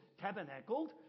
tabernacled